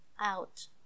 out